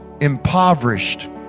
impoverished